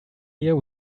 here